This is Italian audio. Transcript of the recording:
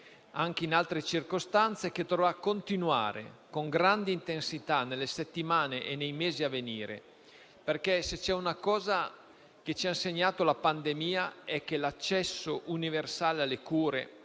anche in altre circostanze - che dovrà continuare con grande intensità nelle settimane e nei mesi a venire, perché se c'è una cosa che ci ha insegnato la pandemia è che l'accesso universale alle cure